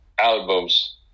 albums